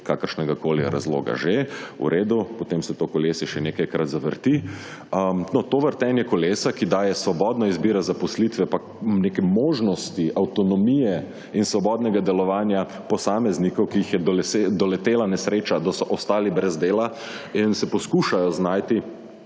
kakršnegakoli razloga že. V redu, potem se to kolesje še nekajkrat zavrti. No, to vrtenje kolesa, ki daje svobodno izbiro zaposlitve, pa neke možnosti avtonomije in svobodnega delovanja posameznikov, ki jih je doletela nesreča, da so ostali brez dela in se poskušajo znajti